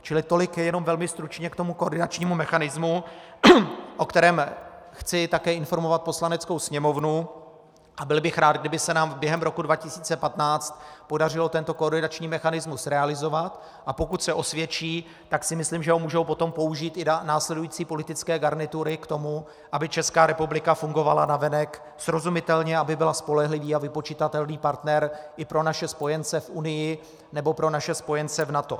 Čili tolik jenom velmi stručně k tomu koordinačnímu mechanismu, o kterém chci také informovat Poslaneckou sněmovnu, a byl bych rád, kdyby se nám během roku 2015 podařilo tento koordinační mechanismus realizovat, a pokud se osvědčí, tak si myslím, že ho potom mohou použít i následující politické garnitury k tomu, aby Česká republika fungovala navenek srozumitelně, aby byla spolehlivý a vypočitatelný partner i pro naše spojence v Unii nebo pro naše spojence v NATO.